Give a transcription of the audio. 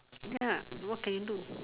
ya what can you do